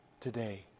today